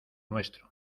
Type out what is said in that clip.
nuestro